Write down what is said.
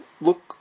look